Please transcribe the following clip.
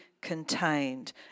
contained